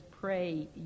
pray